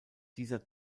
dieser